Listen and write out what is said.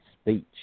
speech